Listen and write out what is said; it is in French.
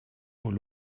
aux